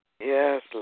Yes